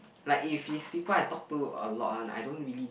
like if is people I talk to a lot one I don't really